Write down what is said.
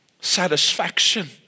satisfaction